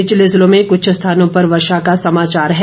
निचले ज़िलों में कुछ स्थानों पर वर्षा का समाचार है